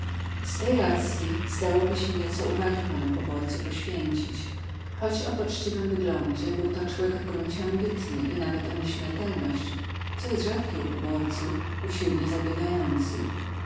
z tej racji zdałoby się nieco uwagi panu poborcy poświęcić choć o poczciwym wyglądzie był to człek w gruncie ambitny i nawet o nieśmiertelność co jest rzadkie u poborcy usilnie zabiegający